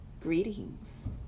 greetings